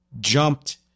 jumped